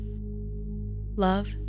Love